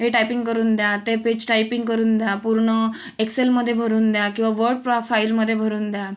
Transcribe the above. हे टायपिंग करून द्या ते पेज टायपिंग करून द्या पूर्ण एक्सेलमध्ये भरून द्या किवा वर्ड फ फाईलमध्ये भरून द्या